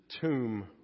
tomb